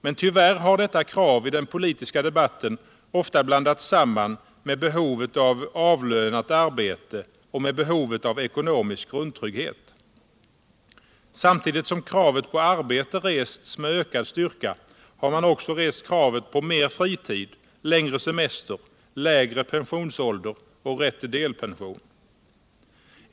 Men tyvärr har detta krav t den politiska debatten ofta blandats samman med behovet av avlönat arbete och med behovet av ekonomisk grundtrygghet. Samtidigt som kravet på arbete rests med ökad styrka har man också rest kravet på mer fritid, längre semester, lägre pensionsålder och rätt till delpension.